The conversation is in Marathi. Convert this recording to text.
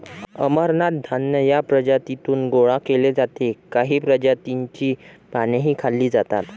अमरनाथ धान्य या प्रजातीतून गोळा केले जाते काही जातींची पानेही खाल्ली जातात